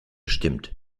stimmt